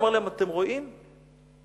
הוא אמר להם: אתם רואים, ניצחנו.